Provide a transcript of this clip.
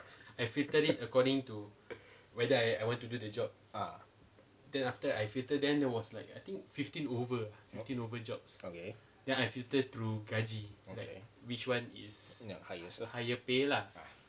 ah okay okay highest